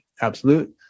absolute